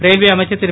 railway அமைச்சர் திரு